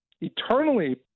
eternally